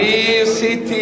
עושה